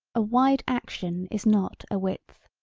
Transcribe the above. a wide action is not a width.